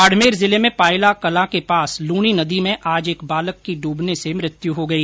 बाड़मेर जिले में पायला कलां के पास लूणी नदी में आज एक बालक की डूबने से मौत हो गई